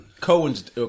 Cohen's